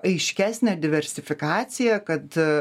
aiškesnę diversifikaciją kad